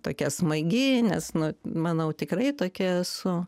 tokia smagi nes nu manau tikrai tokia esu